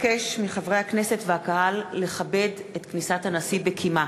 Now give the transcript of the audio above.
אבקש מחברי הכנסת והקהל לכבד את כניסת הנשיא בקימה.